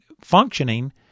functioning